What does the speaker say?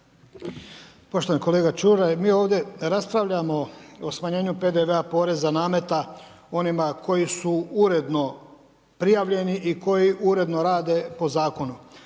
Poštovani kolega Čuraj, mi ovdje raspravljamo o smanjenju PDV-a poreza, nameta onima koji su uredno prijavljeni i koji uredno rade po zakonu.